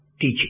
teaching